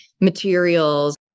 materials